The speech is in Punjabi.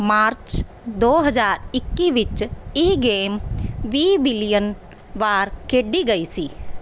ਮਾਰਚ ਦੋ ਹਜ਼ਾਰ ਇੱਕੀ ਵਿੱਚ ਇਹ ਗੇਮ ਵੀਹ ਬਿਲੀਅਨ ਵਾਰ ਖੇਡੀ ਗਈ ਸੀ